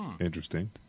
Interesting